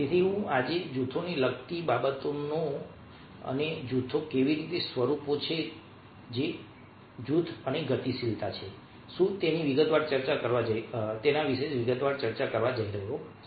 તેથી આજે હું જૂથોને લગતી બાબતો અને જૂથો કેવી રીતે સ્વરૂપો છે અને જૂથ અને ગતિશીલતા શું છે તેની વિગતવાર ચર્ચા કરવા જઈ રહ્યો છું